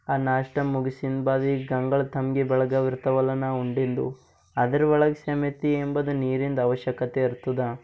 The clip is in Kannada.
ಆ ನಾಷ್ಟ ಮುಗಿಸಿನ ಬಾದ್ ಈ ಗಂಗಳ ತಂಬ್ಗೆ ಬೆಳಗವಿರ್ತವಲ್ಲ ನಾವು ಉಂಡಿಂದು ಅದರ ಒಳಗೆ ಸಮೇತ ಎಂಬದು ನೀರಿಂದು ಅವಶ್ಯಕತೆ ಇರ್ತದೆ